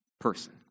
person